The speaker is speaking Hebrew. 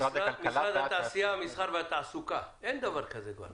משרד התעשייה, המסחר והתעסוקה אין כבר דבר כזה.